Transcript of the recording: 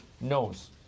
knows